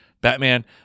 Batman